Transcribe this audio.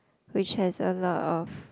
which has a lot of